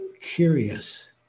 Curious